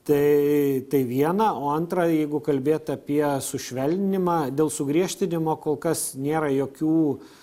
tai tai viena o antra jeigu kalbėti apie sušvelninimą dėl sugriežtinimo kol kas nėra jokių